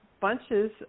bunches